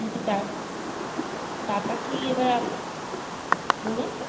টাকা কি এবার বলুন